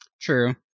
True